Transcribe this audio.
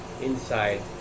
inside